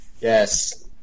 Yes